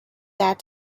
set